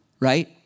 right